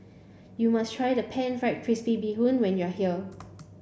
you must try the Pan Fried Crispy Bee Hoon when you are here